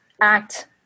act